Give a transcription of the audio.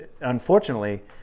Unfortunately